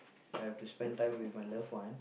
I have to spend time with my loved ones